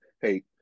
hey